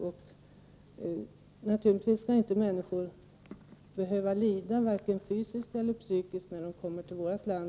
Och naturligtvis skall människor inte behöva lida vare sig fysiskt eller psykiskt när de kommer till vårt land.